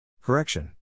Correction